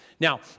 Now